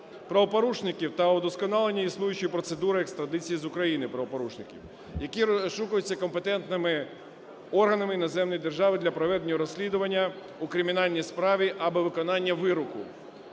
правопорушників та удосконалення існуючої процедури екстрадиції з України правопорушників, які розшукуються компетентними органами іноземної держави для проведення розслідування у кримінальній справі або виконання вироку.